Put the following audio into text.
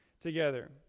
together